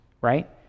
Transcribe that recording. right